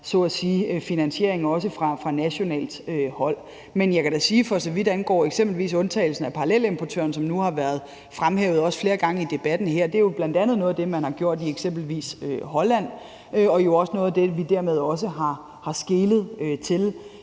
har været finansiering også fra nationalt hold. Men jeg kan da, for så vidt angår eksempelvis undtagelsen af parallelimportører, som nu også har været fremhævet flere gange i debatten her, sige, at det jo bl.a. er noget af det, man har gjort i eksempelvis Holland, og det er jo også af noget af det, vi dermed også har skelet til